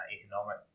economic